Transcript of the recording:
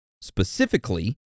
Specifically